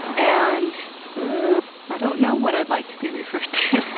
and i don't know what i'd like to be referred to